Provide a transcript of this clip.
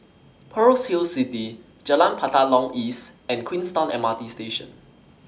Pearl's sale City Jalan Batalong East and Queenstown M R T Station